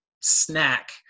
snack